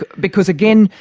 because, again,